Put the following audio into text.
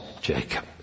Jacob